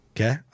Okay